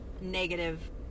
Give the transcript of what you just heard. negative